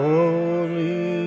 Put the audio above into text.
Holy